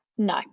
No